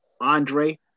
Andre